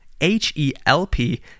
H-E-L-P